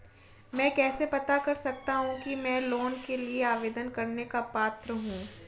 मैं कैसे पता कर सकता हूँ कि मैं लोन के लिए आवेदन करने का पात्र हूँ?